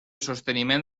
sosteniment